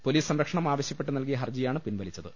police സംരക്ഷണം ആവശ്യപ്പെട്ട് നൽകിയ ഹർജിയാണ് പിൻവലിച്ചത്